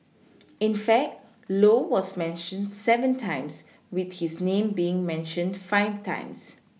in fact low was mentioned seven times with his name being mentioned five times